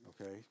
okay